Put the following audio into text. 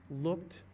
looked